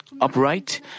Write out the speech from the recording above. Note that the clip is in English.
upright